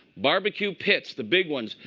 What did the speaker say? barbecue pits, the big ones,